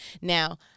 now